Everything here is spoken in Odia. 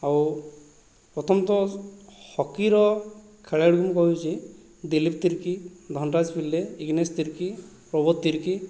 ଆଉ ପ୍ରଥମତଃ ହକିର ଖେଳାଳି ମୁଁ କହୁଛି ଦିଲୀପ ତିର୍କୀ ଧନରାଜ ପିଲ୍ଲେ ଇଗ୍ନେଶ ତିର୍କୀ ପ୍ରବୋଧ ତିର୍କୀ